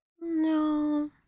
No